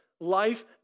life